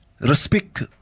respect